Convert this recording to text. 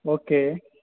okay